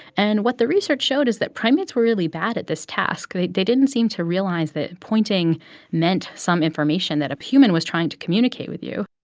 and what the research showed is that primates were really bad at this task. they they didn't seem to realize that pointing meant some information, that a human was trying to communicate with you